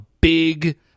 big